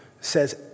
says